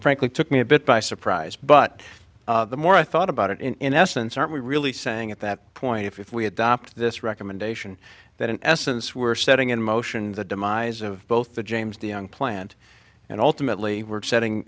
frankly took me a bit by surprise but the more i thought about it in essence aren't we really saying at that point if we adopt this recommendation that in essence we're setting in motion the demise of both the james the young plant and ultimately we're setting